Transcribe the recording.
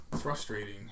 Frustrating